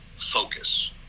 focus